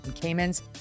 Caymans